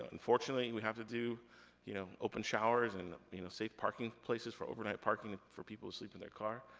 ah unfortunately, we have to do you know open showers, and you know safe parking places for overnight parking for people who sleep in their car.